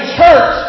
church